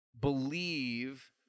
believe